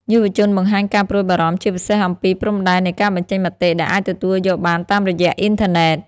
យុវជនបង្ហាញការព្រួយបារម្ភជាពិសេសអំពីព្រំដែននៃការបញ្ចេញមតិ ដែលអាចទទួលយកបានតាមរយះអ៊ីនធឺណិត។